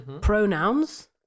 Pronouns